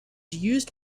used